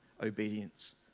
obedience